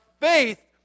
faith